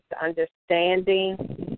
Understanding